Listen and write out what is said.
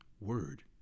word